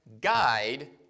guide